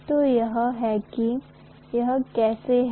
तो यह है कि यह कैसे है